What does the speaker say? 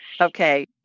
Okay